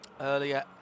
earlier